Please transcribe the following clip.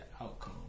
outcome